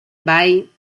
bai